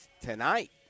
tonight